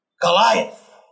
Goliath